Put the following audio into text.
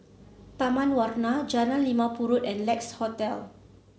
Taman Warna Jalan Limau Purut and Lex Hotel